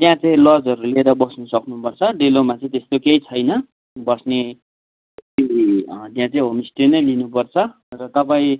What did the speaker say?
त्यहाँ चाहिँ लजहरू लिएर बस्न सक्नुपर्छ डेलोमा चाहिँ त्यस्तो केही छैन बस्ने त्यहाँ चाहिँ होमस्टे नै लिनुपर्छ र तपाईँ